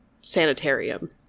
Sanitarium